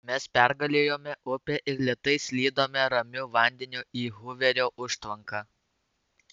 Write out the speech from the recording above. mes pergalėjome upę ir lėtai slydome ramiu vandeniu į huverio užtvanką